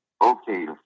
Okay